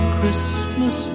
Christmas